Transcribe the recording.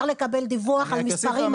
דיווח על המספרים,